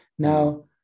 Now